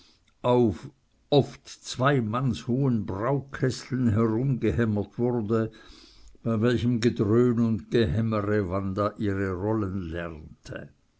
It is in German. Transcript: oft zweimannshohen braukesseln herumgehämmert wurde bei welchem gedröhn und gehämmre wanda ihre rollen lernte